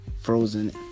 frozen